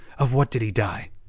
of what did he die?